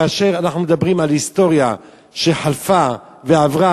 כאשר אנחנו מדברים על היסטוריה שחלפה ועברה,